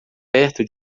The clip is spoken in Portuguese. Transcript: perto